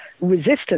resistance